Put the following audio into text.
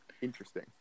Interesting